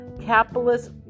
capitalist